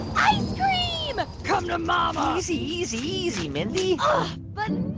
ice cream. come to mama easy. easy. easy, mindy but